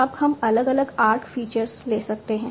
अब हम अलग अलग आर्क फीचर्स ले सकते हैं